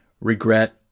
regret